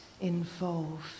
involved